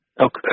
Okay